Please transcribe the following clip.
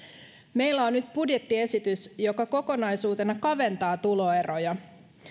meillä on nyt budjettiesitys joka kokonaisuutena kaventaa tuloeroja